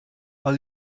all